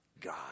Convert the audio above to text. God